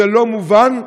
לא מובן,